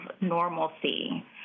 normalcy